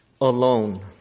alone